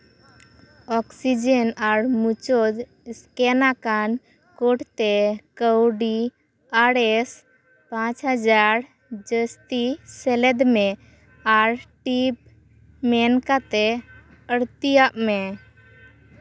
oxygen ᱟᱨ ᱢᱩᱪᱟᱹᱫ scan ᱟᱠᱟᱱ ᱠᱳᱰ ᱛᱮ ᱠᱟᱹᱣᱰᱤ ᱟᱨᱮᱥ ᱯᱟᱸᱪ ᱦᱟᱡᱟᱨ ᱡᱟᱹᱥᱛᱤ ᱥᱮᱞᱮᱫ ᱢᱮ ᱟᱨ ᱴᱤᱯ ᱢᱮᱱ ᱠᱟᱛᱮ ᱟᱲᱛᱤᱭᱟᱜ ᱢᱮ